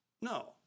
No